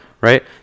Right